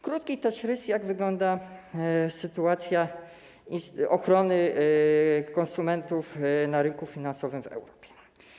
Krótki rys, jak wygląda sytuacja ochrony konsumentów na rynku finansowym w Europie.